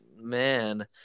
man